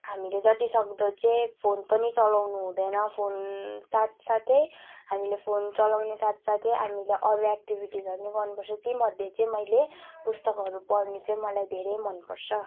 हामीले जतिसक्दो चाहिँ फोन पनि चलाउनु हुँदैन फोन साथसाथै हामीले फोन चलाउने साथसाथै हामीले अरू एक्टिभिटिजहरू नि गर्नुपर्छ ती मध्ये चाहिँ मैले पुस्तकहरू पढ्नु चाहिँ मलाई धेरै मनपर्छ